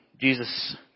Jesus